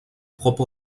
propre